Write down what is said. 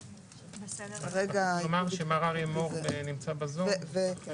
אני רק אומר שאריה מור נמצא בזום.